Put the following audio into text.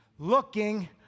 looking